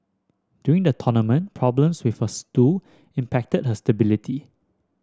during the tournament problems with her stool impacted her stability